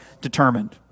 determined